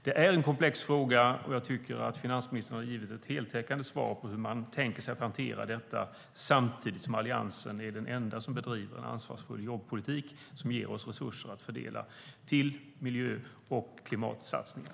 Det är en komplex fråga, och jag tycker att finansministern har givit ett heltäckande på frågan hur man tänker sig att man ska hantera detta. Samtidigt är Alliansen den enda som bedriver en ansvarsfull jobbpolitik som ger oss resurser att fördela till miljö och klimatsatsningar.